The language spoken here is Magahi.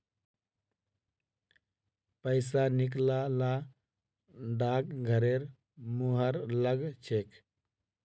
पैसा निकला ल डाकघरेर मुहर लाग छेक